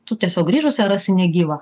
tu tiesiog grįžus ją rasi negyvą